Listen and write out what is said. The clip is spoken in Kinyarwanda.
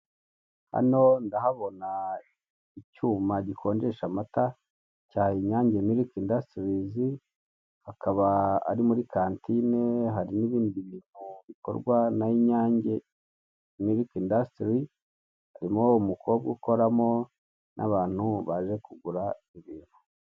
Hano ndahabona icyuma gikonjesha amata cya Inyange Milk Industries akaba ari muri Cantine haba hari n'ibindi bintu bikorwa na Inyange Milk Industry harimo umukobwa ukoramo n'abantu baje kugura ibintu.